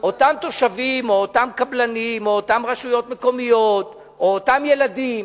אותם תושבים או אותם קבלנים או אותן רשויות מקומיות או אותם ילדים